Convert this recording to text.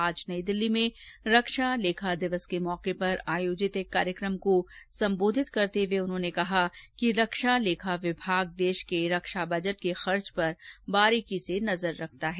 आज नई दिल्ली में रक्षा लेखा दिवस के मौके पर आयोजित एक कार्यक्रम को सम्बोधित करते हुए उन्होंने कहा कि रक्षा लेखा विभाग देश के रक्षा बजट के खर्च पर बारीकी से नजर रखता है